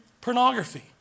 pornography